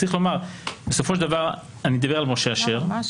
צריך לומר שבסופו של דבר אני מדבר על משה אשר,